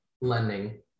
lending